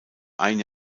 ein